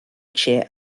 chair